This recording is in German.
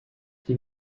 die